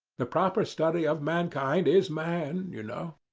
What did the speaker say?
the proper study of mankind is man you know.